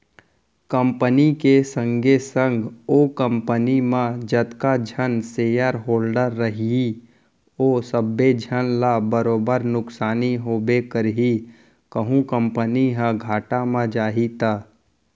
company के संगे संग ओ कंपनी म जतका झन सेयर होल्डर रइही ओ सबे झन ल बरोबर नुकसानी होबे करही कहूं कंपनी ह घाटा म जाही त